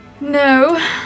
no